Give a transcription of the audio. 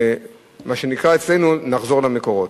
מה שנקרא אצלנו: נחזור למקורות.